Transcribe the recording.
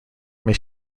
may